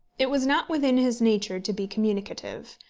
it was not within his nature to be communicative,